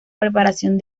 preparación